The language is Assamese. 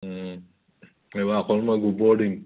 এইবাৰ অকল মই গোবৰ দিম